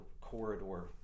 corridor